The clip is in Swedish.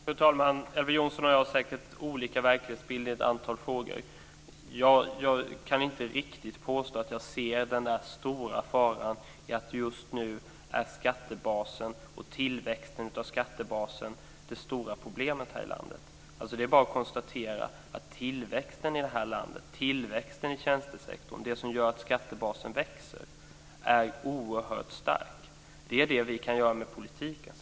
Fru talman! Elver Jonsson och jag har säkert olika verklighetsbilder i ett antal frågor. Jag kan inte riktigt påstå att jag ser den stora faran att skattebasen och tillväxten av skattebasen just nu är det stora problemet här i landet. Det är bara att konstatera att tillväxten i det här landet, tillväxten i tjänstesektorn, det som gör att skattebasen växer, är oerhört stark. Det är det vi kan göra med politiken.